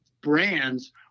brands